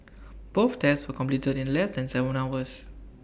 both tests were completed in less than Seven hours